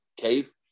cave